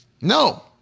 No